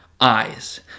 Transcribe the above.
Eyes